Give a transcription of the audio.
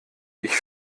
ich